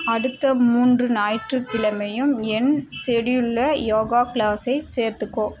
அடுத்த மூன்று ஞாயிற்றுக் கிழமையும் என் ஷெட்யூலில் யோகா கிளாஸை சேர்த்துக்கோ